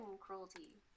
cruelty